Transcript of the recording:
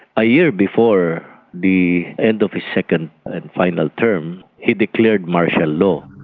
a year before the end of his second and final term he declared martial law.